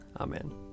Amen